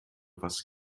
was